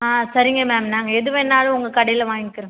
ஆ சரிங்க மேம் நாங்கள் எது வேணாலும் உங்கள் கடையில் வாங்கிக்கிறோம்